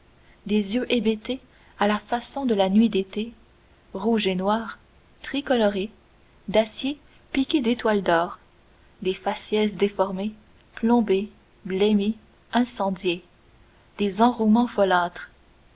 des yeux hébétés à la façon de la nuit d'été rouges et noirs tricolorés d'acier piqué d'étoiles d'or des faciès déformés plombés blêmis incendiés des enrouements